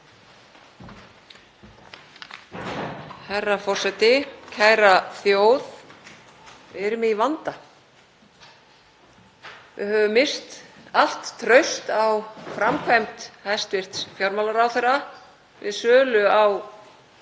Herra forseti. Kæra þjóð. Við erum í vanda. Við höfum misst allt traust á framkvæmd hæstv. fjármálaráðherra við sölu á